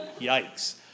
Yikes